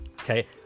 Okay